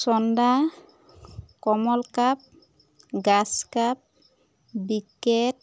চন্দা কমলকাপ গাজকাপ বিকেট